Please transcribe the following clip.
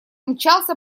мчался